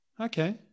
Okay